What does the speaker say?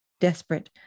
desperate